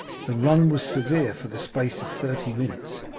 the run was severe for the space of thirty minutes,